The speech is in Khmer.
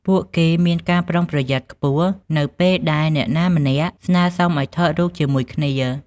ពួកគេមានការប្រុងប្រយ័ត្នខ្ពស់នៅពេលដែលអ្នកណាម្នាក់ស្នើសុំឱ្យថតរូបជាមួយគ្នា។